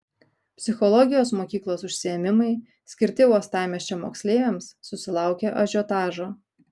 psichologijos mokyklos užsiėmimai skirti uostamiesčio moksleiviams susilaukė ažiotažo